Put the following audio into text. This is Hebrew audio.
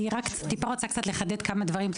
היא רוצה קצת לחדד כמה דברים.